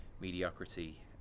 mediocrity